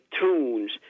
tunes